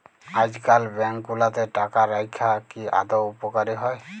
আইজকাল ব্যাংক গুলাতে টাকা রাইখা কি আদৌ উপকারী হ্যয়